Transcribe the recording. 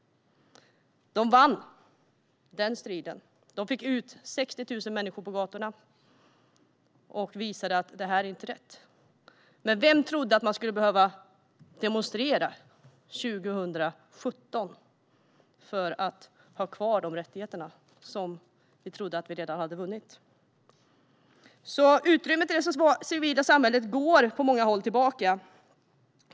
De fick ut 60 000 människor på gatorna och visade att detta inte är rätt. De vann den striden. Men vem trodde att man skulle behöva demonstrera 2017 för att få ha kvar de rättigheter som vi trodde att vi redan hade vunnit? Utrymmet för det civila samhället går på många håll tillbaka.